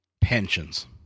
Pensions